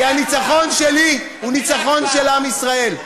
כי הניצחון שלי הוא ניצחון של עם ישראל.